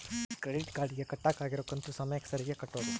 credit card ಗೆ ಕಟ್ಬಕಾಗಿರೋ ಕಂತು ಸಮಯಕ್ಕ ಸರೀಗೆ ಕಟೋದು